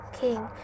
King